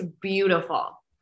beautiful